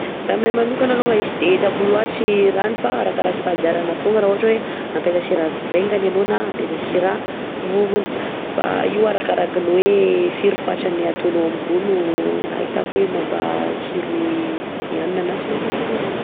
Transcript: Raha aminay manokana alongany tsy de hitako loatra i rahany fa arakaraka fahazarana fogna raha ohatra hoe ampiasa sira vengany anao na ampiasa sira vovony fa io arakaraka ny hoe firy fatrany ataonao amin'ny ro no ahitako hoe mampatsiro i hanina na tsy mampatsiro ananjy.